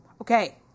Okay